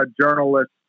journalist